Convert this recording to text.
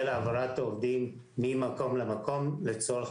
העברת עובדים ממקום למקום לצורך פתרון בעיה.